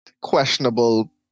questionable